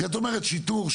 כי את אומרת שיטור,